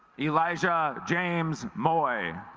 elijah james boy